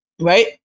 right